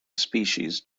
species